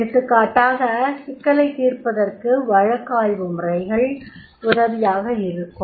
எடுத்துக்காட்டாக சிக்கலைத் தீர்ப்பதற்கு வழக்கு ஆய்வு முறைகள் உதவியாக இருக்கும்